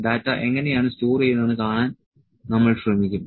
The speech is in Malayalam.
ഡാറ്റ എങ്ങനെയാണ് സ്റ്റോർ ചെയ്യുന്നത് എന്ന് കാണാൻ നമ്മൾ ശ്രമിക്കും